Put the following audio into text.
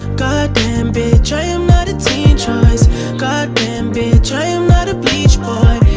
goddamn bitch i am not a teen choice goddamn, bitch, i am not a bleach boy